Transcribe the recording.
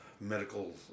medical